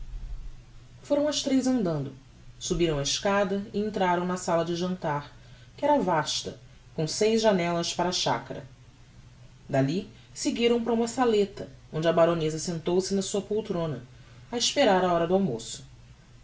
foram as tres andando subiram a escada e entraram na sala de jantar que era vasta com seis janellas para a chacara dalli seguiram para uma saleta onde a baroneza sentou-se na sua poltrona a esperar a hora do almoço